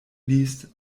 liest